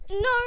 No